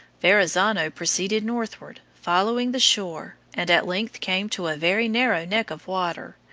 verrazzano proceeded northward, following the shore, and at length came to a very narrow neck of water,